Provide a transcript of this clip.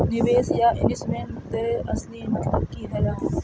निवेश या इन्वेस्टमेंट तेर असली मतलब की जाहा?